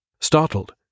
Startled